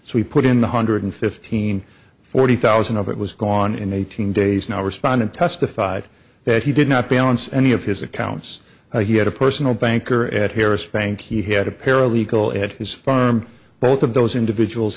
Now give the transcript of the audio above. so he put in the hundred fifteen forty thousand of it was gone in eighteen days now respondent testified that he did not balance any of his accounts he had a personal banker at harris bank he had a paralegal at his firm both of those individuals